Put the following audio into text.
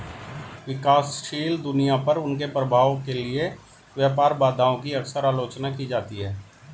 विकासशील दुनिया पर उनके प्रभाव के लिए व्यापार बाधाओं की अक्सर आलोचना की जाती है